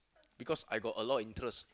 because I got a lot of interest